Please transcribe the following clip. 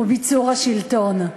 הוא ביצור השלטון.